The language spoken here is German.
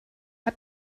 hat